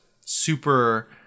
super